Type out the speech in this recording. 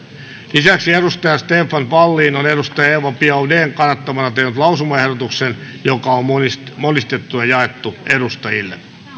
lisäksi stefan wallin on eva biaudetn kannattamana tehnyt lausumaehdotuksen joka on monistettuna monistettuna jaettu edustajille